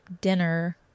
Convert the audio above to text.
dinner